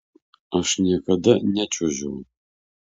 aš niekada nečiuožiau